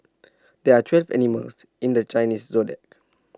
there are twelve animals in the Chinese Zodiac